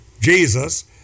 Jesus